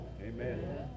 Amen